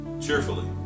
cheerfully